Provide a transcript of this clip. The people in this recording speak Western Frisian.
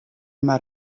mar